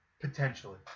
Potentially